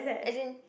as in